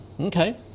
Okay